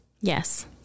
Yes